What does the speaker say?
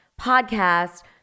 podcast